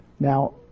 Now